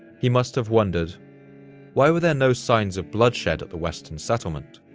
he must have wondered why were there no signs of bloodshed at the western settlement?